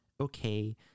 okay